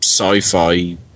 sci-fi